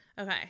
Okay